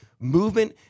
Movement